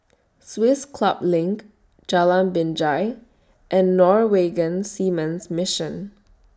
Swiss Club LINK Jalan Binjai and Norwegian Seamen's Mission